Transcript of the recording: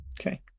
Okay